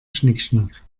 schnickschnack